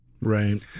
Right